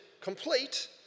complete